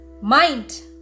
Mind